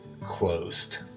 closed